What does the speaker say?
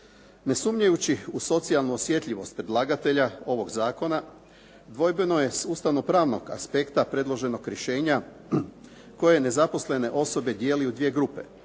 Ne sumnjajući u socijalnu osjetljivost predlagatelja ovog zakona, dvojbeno je s ustavno-pravnog aspekta predloženog rješenja koje nezaposlene osobe dijeli u dvije grupe,